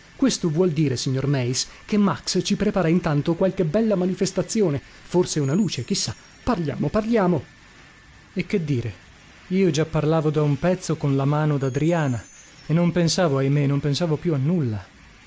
questo vuol dire signor meis che max ci prepara intanto qualche bella manifestazione forse una luce chi sa parliamo parliamo e che dire io già parlavo da un pezzo con la mano dadriana e non pensavo ahimè non pensavo più a nulla